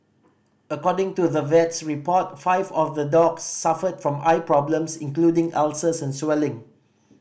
according to the vet's report five of the dogs suffered from eye problems including ulcers and swelling